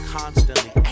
constantly